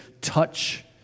touch